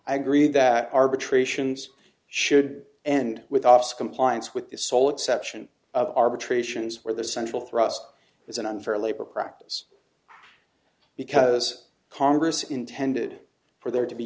i agree that arbitrations should end with office compliance with the sole exception arbitrations where the central thrust is an unfair labor practice because congress intended for there to be